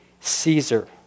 Caesar